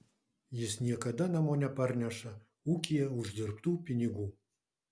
jis niekada namo neparneša ūkyje uždirbtų pinigų